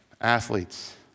athletes